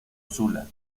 sula